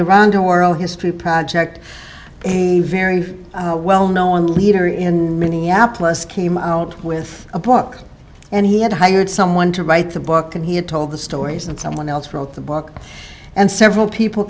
history project a very well known and leader in minneapolis came out with a book and he had hired someone to write the book and he had told the stories and someone else wrote the book and several people